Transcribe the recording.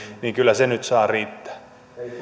niin se saa riittää